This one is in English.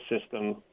system